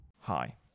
Hi